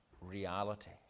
reality